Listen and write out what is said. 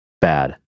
bad